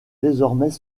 désormais